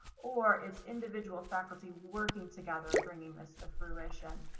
or its individual faculty working together and bringing this to fruition,